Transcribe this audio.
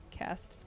cast